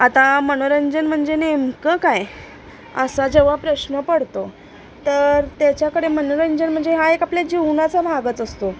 आता मनोरंजन म्हणजे नेमकं काय असा जेव्हा प्रश्न पडतो तर त्याच्याकडे मनोरंजन म्हणजे हा एक आपल्या जीवनाचा भागच असतो